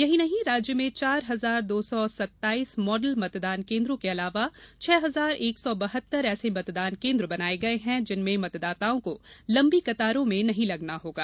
यही नहीं राज्य में चार हजार दो सौ सत्ताइस मॉडल मतदान केन्दों के अलावा छह हजार एक सौ बहत्तर ऐसे मतदान केन्द्र बनाये गये हैं जिनमें मतदाताओं को लंबी कतारों में नहीं लगना होगा